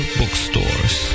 bookstores